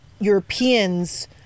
Europeans